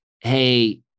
Hey